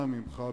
אנא ממך,